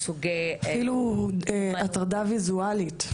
אפילו הטרדה ויזואלית.